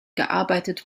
gearbeitet